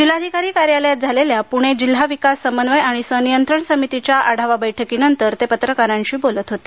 जिल्हाधिकारी कार्यालयात झालेल्या पुणे जिल्हा विकास समन्वय आणि सनियंत्रण समितीच्या आढावा बैठकीनंतर ते पत्रकारांशी बोलत होते